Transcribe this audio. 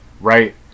right